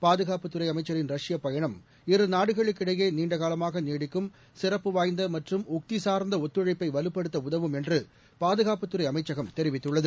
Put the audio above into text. பாதுகாப்புத் துறை அமைச்சரின் ரஷ்யப் பயணம் இருநாடுகளுக்கு இடையே நீண்டகாலமாக நீடிக்கும் சிறப்புவாய்ந்த மற்றும் உக்திசார்ந்த ஒத்துழைப்பை வலுப்படுத்த உதவும் என்று பாதுகாப்புத்துறை அமைச்சகம் தெரிவித்துள்ளது